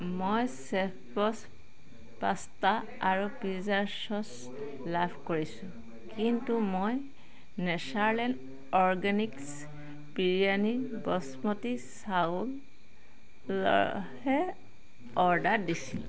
মই চেফবছ পাস্তা আৰু পিজ্জা চচ লাভ কৰিছোঁ কিন্তু মই নেচাৰলেণ্ড অৰগেনিক্ছ বিৰয়ানীৰ বাসমতী চাউলহে অৰ্ডাৰ দিছিলোঁ